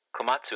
Komatsu